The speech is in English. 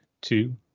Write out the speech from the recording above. two